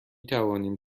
توانیم